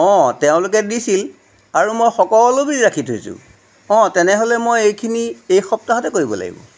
অঁ তেওঁলোকে দিছিল আৰু মই সকলো বিল ৰাখি থৈছোঁ অঁ তেনেহ'লে মই এইখিনি এইসপ্তাহতে কৰিব লাগিব